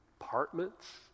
apartments